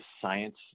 science